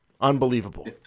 Unbelievable